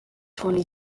twenty